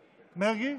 מרגי,